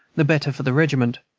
the better for the regiment.